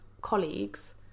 colleagues